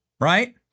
right